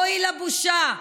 אוי לבושה.